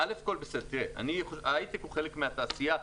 ההייטק הוא חלק מהתעשייה,